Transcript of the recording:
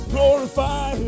Glorify